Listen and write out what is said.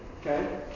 Okay